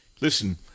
Listen